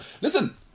listen